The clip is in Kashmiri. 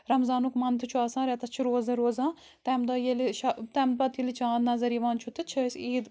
رَمضانُک مَنتھٕ چھُ آسان رؠتَس چھُ روزدَر روزان تَمہِ دۄہ ییٚلہِ شہ تَمہِ پَتہٕ ییٚلہِ چاند نَظر یِوان چھُ تہٕ چھِ ٲسۍ عیٖد